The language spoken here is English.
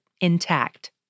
intact